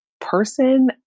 person